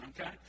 okay